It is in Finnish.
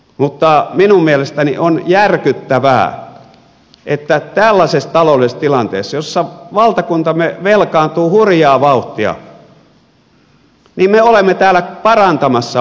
mutta minun mielestäni on järkyttävää että tällaisessa taloudellisessa tilanteessa jossa valtakuntamme velkaantuu hurjaa vauhtia me olemme täällä parantamassa opintotukijärjestelmää